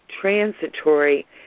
transitory